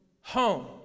home